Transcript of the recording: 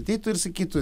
ateitų ir sakytų